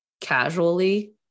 casually